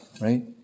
right